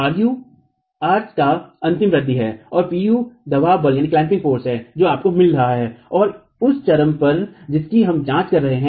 ru arc का अंतिम वृद्धि है और Pu दवाब बल है जो आपको मिल रहा है और उस चरम पर जिसकी हम जाँच कर रहे हैं